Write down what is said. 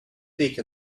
take